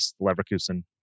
leverkusen